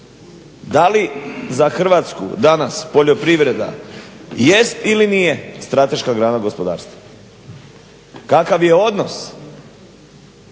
da li za Hrvatsku danas poljoprivreda jest ili nije strateška grana gospodarstva? Kakav je odnos